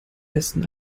besten